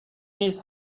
نیز